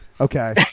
Okay